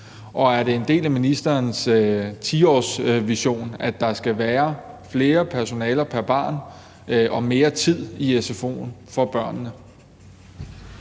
Og er det en del af ministerens 10-årsvision, at der skal være flere personaler pr. barn og mere tid i sfo'en for børnene?